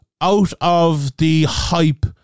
out-of-the-hype